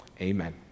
Amen